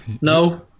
No